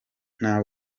nta